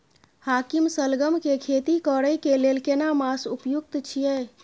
हाकीम सलगम के खेती करय के लेल केना मास उपयुक्त छियै?